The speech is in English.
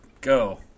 Go